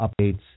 updates